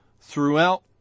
throughout